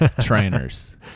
trainers